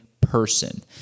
person